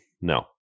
No